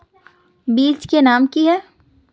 बीज के नाम की है?